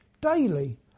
daily